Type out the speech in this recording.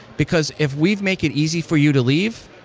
because if we'd make it easy for you to leave,